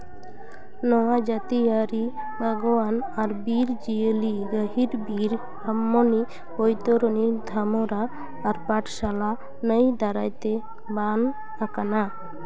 ᱱᱚᱣᱟ ᱡᱟᱹᱛᱤᱭᱟᱹᱨᱤ ᱵᱟᱜᱽᱣᱟᱱ ᱟᱨ ᱵᱤᱨ ᱡᱤᱭᱟᱹᱞᱤ ᱨᱤᱦᱤᱴ ᱵᱤᱨ ᱟᱢᱚᱱᱤ ᱵᱳᱭᱛᱚᱨᱚᱱᱤ ᱫᱷᱟᱢᱚᱨᱟ ᱟᱨ ᱯᱟᱴᱷᱥᱟᱞᱟ ᱱᱟᱹᱭ ᱫᱟᱨᱟᱭ ᱛᱮ ᱵᱟᱱ ᱟᱠᱟᱱᱟ